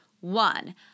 one